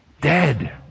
dead